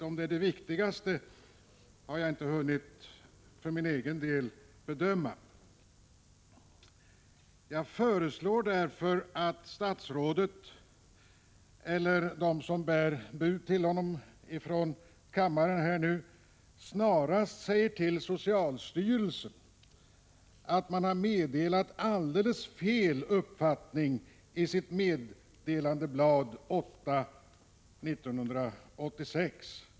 Om det är det viktigaste har jag för egen del inte hunnit bedöma. Jag föreslår därför att statsrådet snarast säger till socialstyrelsen att man har meddelat alldeles fel i sitt meddelandeblad nr 8/1986.